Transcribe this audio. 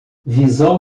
visão